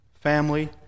family